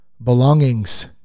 belongings